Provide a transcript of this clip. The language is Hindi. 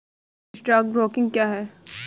स्टॉक ब्रोकिंग क्या है?